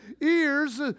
ears